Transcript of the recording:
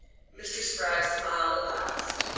mr. spragg smiled at last.